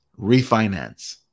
refinance